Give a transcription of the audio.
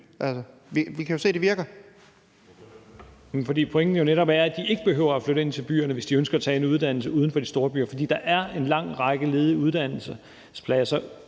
(S): Pointen er jo netop, at de ikke behøver at flytte ind til byerne, hvis de ønsker at tage en uddannelse uden for de store byer. For der er en lang række ledige uddannelsespladser,